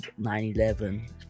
911